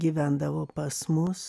gyvendavo pas mus